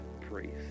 priest